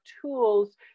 tools